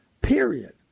Period